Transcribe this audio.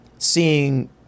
Seeing